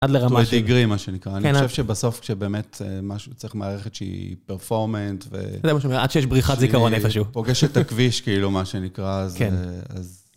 עד לרמה ש... דגרי מה שנקרא, אני חושב שבסוף כשבאמת משהו צריך מערכת שהיא פרפורמנט ו... זה מה שאומרים, עד שיש בריחת זיכרון איפשהו. פוגשת הכביש כאילו מה שנקרא, אז... כן.